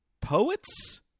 Poets